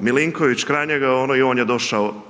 Milinković kraj njega i on je došao